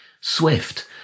Swift